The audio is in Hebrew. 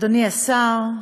אדוני השר,